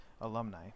alumni